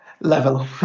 level